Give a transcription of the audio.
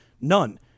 None